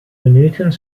minuten